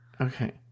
Okay